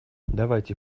давайте